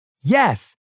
Yes